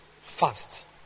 fast